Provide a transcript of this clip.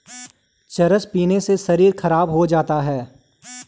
चरस पीने से शरीर खराब हो जाता है